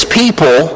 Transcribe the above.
people